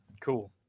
Cool